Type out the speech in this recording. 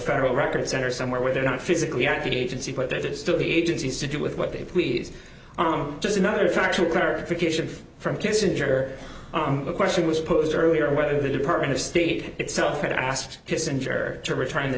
federal record centers somewhere where they're not physically active agency but that is still the agencies to do with what they please just another factual clarification from kissinger the question was posed earlier whether the department of state itself had asked his center to return t